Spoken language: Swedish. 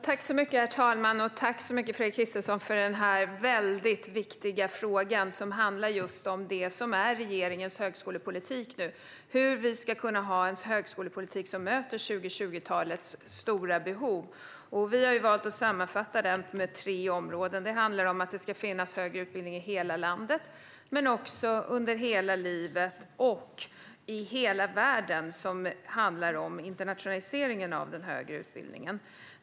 Herr talman! Tack så mycket för denna viktiga fråga, Fredrik Christensson! Frågan handlar om regeringens högskolepolitik nu och hur vi ska kunna ha en högskolepolitik som möter 2020-talets stora behov. Vi har valt att sammanfatta det i tre områden. Det handlar om att högre utbildning ska finnas i hela landet, under hela livet och i hela världen, vilket handlar om internationaliseringen av den högre utbildningen.